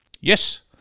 yes